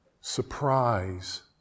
Surprise